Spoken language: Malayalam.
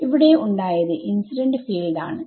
ഇവിടെ ഉണ്ടായത് ഇൻസിഡൻസ് ഫീൽഡ് ആണ്